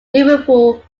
liverpool